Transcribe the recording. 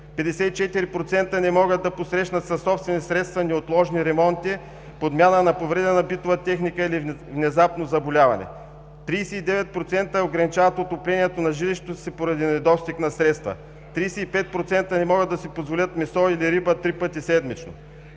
54% не могат да посрещнат със собствени средства неотложни ремонти, подмяна на повредена битова техника или внезапно заболяване. 39% ограничават отоплението на жилището си поради недостиг на средства. 35% не могат да си позволят месо или риба три пъти седмично.